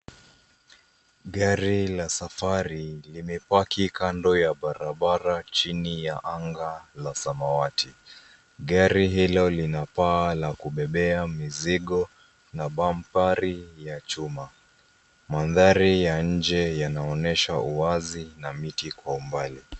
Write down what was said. Gari la safari limepaki kando ya barabara chini ya anga la samawati. Gari hilo lina paa ya kubebea mizigo na bampari ya chuma. Mandhari ya nje yanaonyesha uwazi na miti kwa umbali.